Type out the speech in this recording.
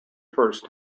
first